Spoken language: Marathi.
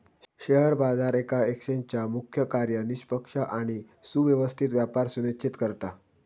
शेअर बाजार येका एक्सचेंजचा मुख्य कार्य निष्पक्ष आणि सुव्यवस्थित व्यापार सुनिश्चित करता